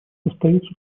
остается